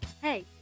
Hey